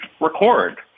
record